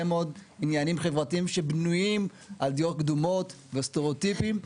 מאוד עניינים חברתיים שבנויים על דעות קדומות וסטריאוטיפים,